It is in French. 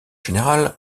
général